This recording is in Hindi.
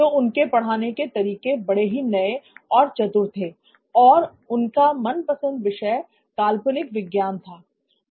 तो उनके पढ़ाने के तरीके बड़े ही नए और चतुर थे और उनका मनपसंद विषय काल्पनिक विज्ञान था